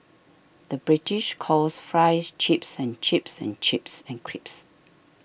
the British calls Fries Chips and chips and chips and crisps